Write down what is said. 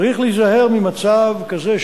צריך להיזהר ממצב כזה,